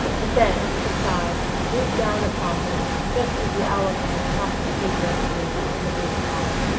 and then with a sigh moved down upon him just as the hour hand crossed the figure three on the big clock.